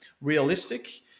realistic